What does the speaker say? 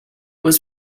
was